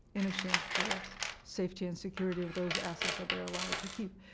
in exchange for safety and security of those assets that they're allowed to keep.